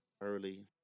early